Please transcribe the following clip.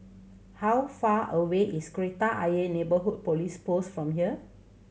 how far away is Kreta Ayer Neighbourhood Police Post from here